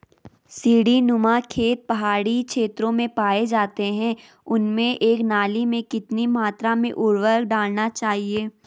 सीड़ी नुमा खेत पहाड़ी क्षेत्रों में पाए जाते हैं उनमें एक नाली में कितनी मात्रा में उर्वरक डालना चाहिए?